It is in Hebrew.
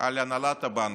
על הנהלת הבנק.